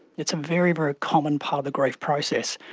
it's a very, very common part of the grief process.